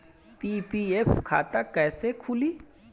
PPF खाता कैसे खुली?